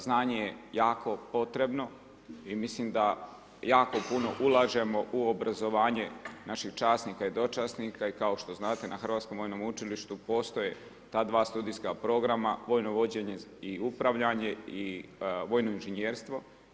Znanje je jako potrebno i mislim da jako puno ulažemo u obrazovanje naših časnika i dočasnika i kao što znate na Hrvatskom vojnom učilištu ta dva studijska programa, Vojno vođenje i upravljanje i Vojno inženjerstvo.